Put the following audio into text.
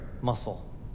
muscle